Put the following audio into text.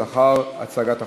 לאחר הצגת החוק.